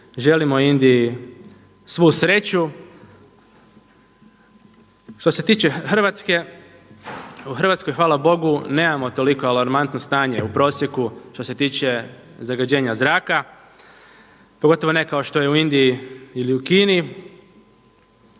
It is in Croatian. želimo Indiji svu sreću. Što se tiče Hrvatske, u Hrvatskoj hvala Bogu nemamo toliko alarmantno stanje u prosjeku što se tiče zagađenja zraka, pogotovo ne kao što je u Indiji ili u Kini.